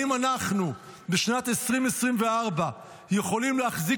האם אנחנו בשנת 2024 יכולים להחזיק